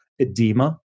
edema